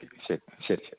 ശരി ശരി ശരി